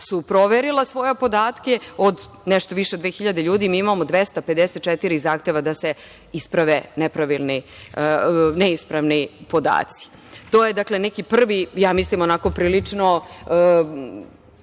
su proverila svoje podatke. Od nešto više od 2.000 ljudi mi imamo 254 zahteva da se isprave neispravni podaci. To je dakle, neki prvi ja mislim onako lično